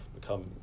become